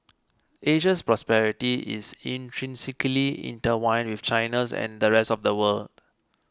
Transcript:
Asia's prosperity is intrinsically intertwined with China's and the rest of the world